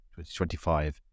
2025